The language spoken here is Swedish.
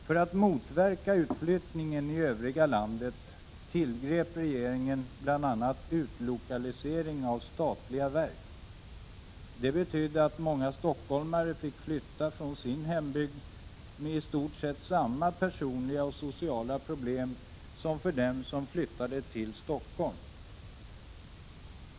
För att motverka utflyttningen i övriga landet tillgrep regeringen bl.a. utlokalisering av statliga verk. Det betydde att många stockholmare fick flytta från sin hembygd med i stort sett samma personliga och sociala problem som för dem som flyttade till Stockholm.